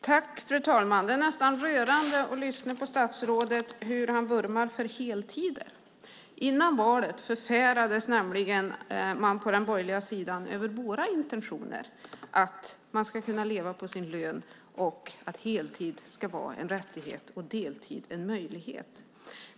Fru talman! Det är nästan rörande att höra hur statsrådet vurmar för heltider. Före valet förfärades man nämligen på den borgerliga sidan över våra intentioner att man ska kunna leva på sin lön och att heltid ska vara en rättighet och deltid en möjlighet.